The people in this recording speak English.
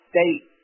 State